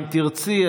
אם תרצי,